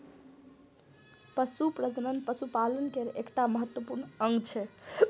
पशु प्रजनन पशुपालन केर एकटा महत्वपूर्ण अंग छियै